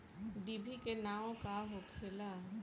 डिभी के नाव का होखेला?